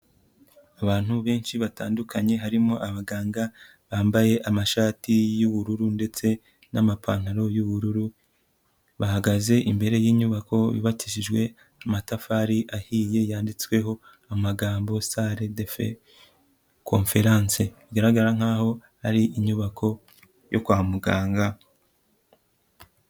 Abantu benshi batandukanye, harimo abaganga bambaye amashati y'ubururu ndetse n'amapantaro y'ubururu, bahagaze imbere y'inyubako yubakishijwe amatafari ahiye, yanditsweho amagambo: sale defe conference, bigaragara nk'aho ari inyubako yo kwa muganga.